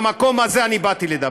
במקום הזה באתי לדבר.